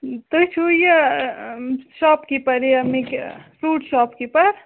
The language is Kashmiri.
تُہۍ چھُو یہِ شاپ کیٖپَر ییٚمِکۍ فرٛوٗٹ شاپ کیٖپَر